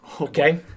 okay